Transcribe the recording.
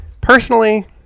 Personally